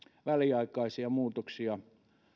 väliaikaisia muutoksia